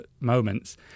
moments